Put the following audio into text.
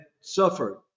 suffered